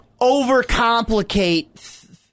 overcomplicate